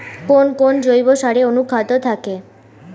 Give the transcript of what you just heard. কোন কোন জৈব সারে অনুখাদ্য থাকে?